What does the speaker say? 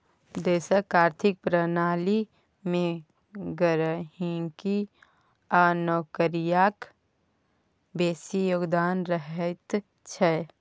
देशक आर्थिक प्रणाली मे गहिंकी आ नौकरियाक बेसी योगदान रहैत छै